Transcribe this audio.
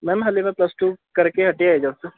ma'am ਹਲੇ ਮੈਂ plus two ਕਰਕੇ ਹਟਿਆ ਏ ਜਸਟ